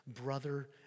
brother